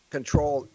Control